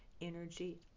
energy